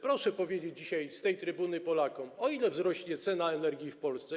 Proszę powiedzieć dzisiaj z tej trybuny Polakom, o ile wzrośnie cena energii w Polsce.